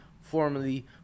formerly